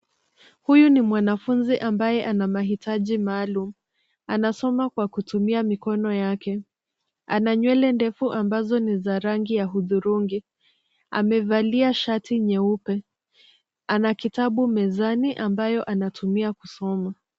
Huyu ni mwanafunzi ambaye anamahitaji maalum. Anasoma kwa kutumia mikono yake. Ana nywele ndefu ambazo ni za rangi ya hudhurungi. Amevalia shati nyeupe. Ana kitabu mezani ambayo anatumia kusoma.